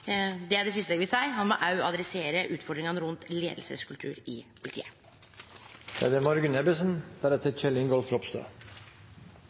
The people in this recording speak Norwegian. det siste eg vil seie, er at me òg adresserer utfordringane rundt leiingskultur i politiet.